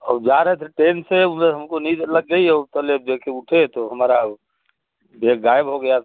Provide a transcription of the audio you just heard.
वो जा रहे थे ट्रेन से उधर हमको नींद लग गई और पहले देखे उठे तो हमारा बेग गायब हो गया